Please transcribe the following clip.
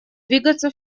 двигаться